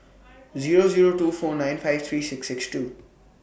Zero Zero two four nine five three six six two